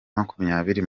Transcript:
makumyabiri